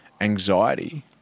anxiety